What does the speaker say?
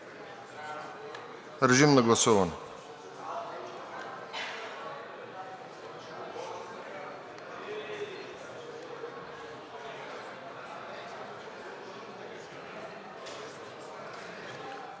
Режим на гласуване.